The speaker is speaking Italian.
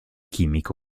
chimico